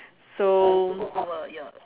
so